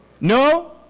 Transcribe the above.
no